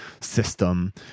system